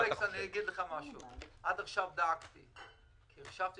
אלכס, אגיד לך משהו: עד עכשיו דאגתי כי חשבתי